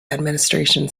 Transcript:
administration